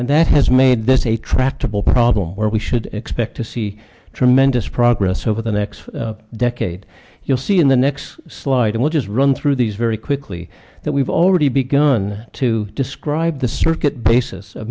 and that has made this a tractable problem where we should expect to see tremendous progress over the next decade you'll see in the next slide and which is run through these very quickly that we've already begun to describe the circuit basis